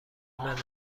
منه